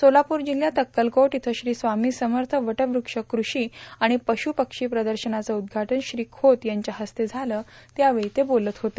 सोलापूर जिल्हयात अक्कलकोट इथं श्री स्वामी समर्थ वटवृक्ष कृषी आणि पश् पक्षी प्रदर्शनाचं उद्घाटन श्री खोत यांच्या हस्ते झालं त्यावेळी ते बोलत होते